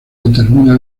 determina